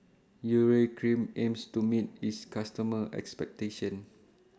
Urea Cream aims to meet its customers' expectations